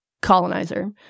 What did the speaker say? colonizer